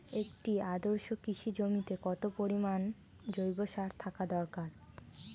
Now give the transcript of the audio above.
একটি আদর্শ কৃষি জমিতে কত পরিমাণ জৈব সার থাকা দরকার?